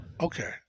Okay